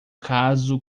caso